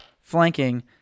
flanking